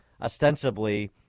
ostensibly